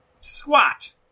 Squat